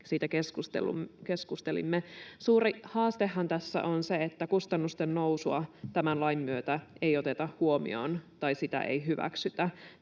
siitä keskustelimme. Suuri haastehan tässä on se, että kustannusten nousua tämän lain myötä ei oteta huomioon tai sitä ei hyväksytä.